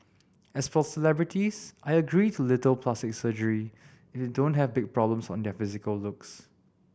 as for celebrities I agree to little plastic surgery if they don't have big problems on their physical looks